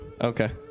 Okay